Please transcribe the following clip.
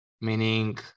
meaning